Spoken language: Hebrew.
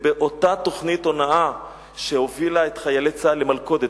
ובאותה תוכנית הונאה שהובילה את חיילי צה"ל למלכודת,